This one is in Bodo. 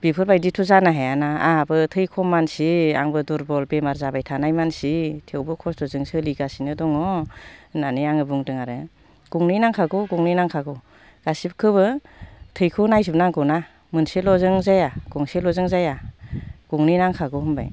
बेफोरबायदिथ' जानो हायाना आंहाबो थै खम मानसि आंबो दुर्बल बेमार जाबाय थानाय मानसि थेवबो खस्त'जों सोलगासिनो दङ होननानै आङो बुंदों आरो गंनै नांखागौ गंनै नांखागौ गासैखौबो थैखौ नायजोबनांगौ ना मोनसेल'जों जाया गंसेल'जों जाया गंनै नांखागौ होनबाय